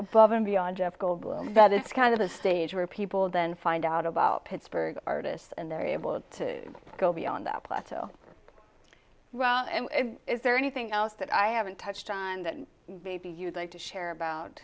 above and beyond jeff goldblum that is kind of the stage where people then find out about pittsburgh artists and they're able to go beyond that plateau and is there anything else that i haven't touched on that maybe you'd like to share about